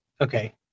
okay